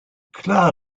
klar